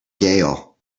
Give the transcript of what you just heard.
gale